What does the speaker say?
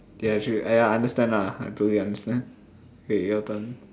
ya actually I understand ah I totally understand okay your turn